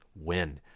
win